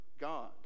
God